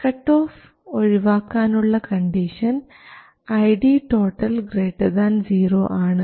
cutoff ഒഴിവാക്കാനുള്ള condition ID 0 ആണ്